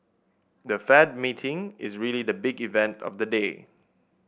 the Fed meeting is really the big event of the day